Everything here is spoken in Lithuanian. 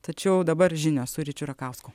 tačiau dabar žinios su ričiu rakausku